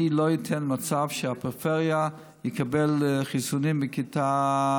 אני לא אתן שיהיה מצב שהמרכז יקבל חיסונים בכיתה ד'